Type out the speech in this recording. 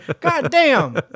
Goddamn